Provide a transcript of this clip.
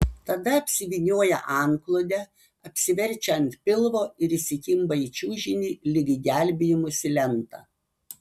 tada apsivynioja antklode apsiverčia ant pilvo ir įsikimba į čiužinį lyg į gelbėjimosi lentą